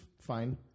fine